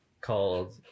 called